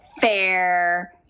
fair